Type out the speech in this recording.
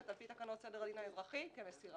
על פי תקנות סדר הדין האזרחי כמסירה.